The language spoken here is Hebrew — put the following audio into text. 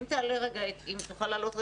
תעלה רגע את קרן,